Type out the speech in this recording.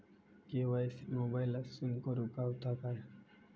KYC मोबाईलातसून करुक गावता काय?